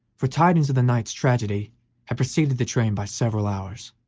for tidings of the night's tragedy had preceded the train by several hours,